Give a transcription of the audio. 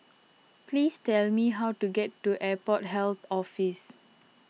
please tell me how to get to Airport Health Office